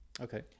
okay